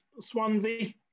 Swansea